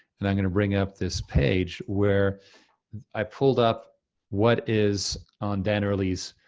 and i'm gonna bring up this page, where i pulled up what is on dan early's,